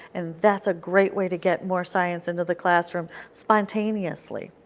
and that's a great way to get more science into the classroom spontaneously.